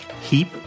Heap